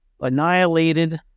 annihilated